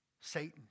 Satan